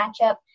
matchup